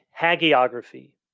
hagiography